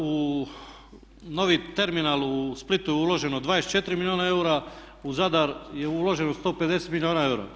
U novi terminal u Splitu je uloženo 24 milijuna eura, u Zadar je uloženo 150 milijuna eura.